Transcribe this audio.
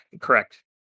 correct